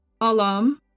Alam